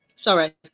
Sorry